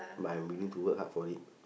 but I'm willing to work hard for it